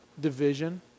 Division